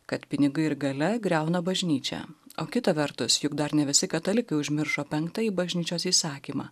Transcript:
kad pinigai ir galia griauna bažnyčią o kita vertus juk dar ne visi katalikai užmiršo penktąjį bažnyčios įsakymą